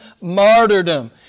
martyrdom